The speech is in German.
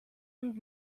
und